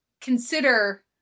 consider